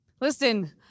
Listen